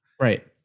Right